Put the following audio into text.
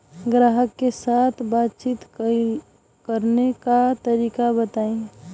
ग्राहक के साथ बातचीत करने का तरीका बताई?